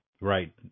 right